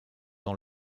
dans